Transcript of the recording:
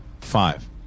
Five